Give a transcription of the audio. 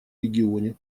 регионе